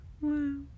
Wow